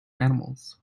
animals